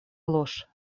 ложь